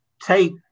take